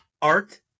Art